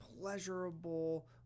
pleasurable